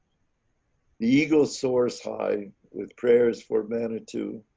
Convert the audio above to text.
eagle soars high with prayers for manitou